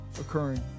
occurring